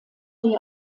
die